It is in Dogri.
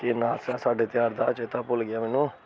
केह् नांऽ हा साढ़े धेयार दा चेता भुल्ल गेआ मैनू